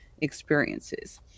experiences